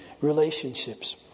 relationships